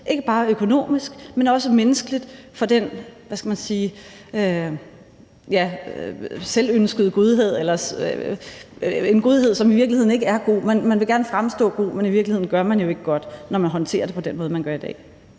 ikke bare økonomisk, men også menneskeligt, for den, hvad skal man sige, selvønskede godhed – en godhed, som i virkeligheden ikke er god; man vil gerne fremstå som god, men i virkeligheden gør man jo ikke godt, når man håndterer det på den måde, man gør det